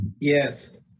Yes